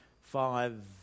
five